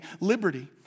liberty